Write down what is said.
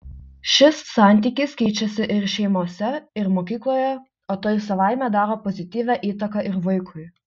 šis santykis keičiasi ir šeimose ir mokykloje o tai savaime daro pozityvią įtaką ir vaikui